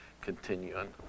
continuing